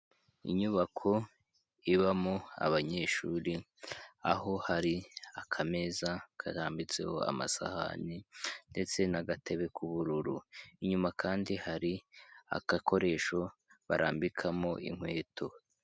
Inyubako ibamo abanyeshuri aho hari akameza karambitseho amasahani ndetse n'agatebe k'ubururu, inyuma kandi hari agakoresho barambikamo inkweto.